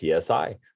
PSI